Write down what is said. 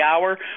hour